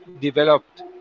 developed